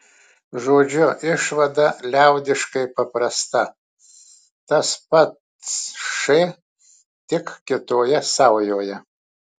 žodžiu išvada liaudiškai paprasta tas pats š tik kitoje saujoje